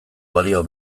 balio